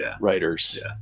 writers